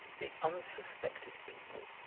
the unsuspected people,